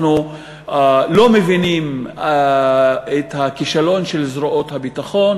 אנחנו לא מבינים את הכישלון של זרועות הביטחון,